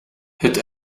het